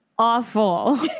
Awful